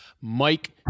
Mike